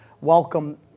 welcome